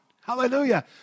Hallelujah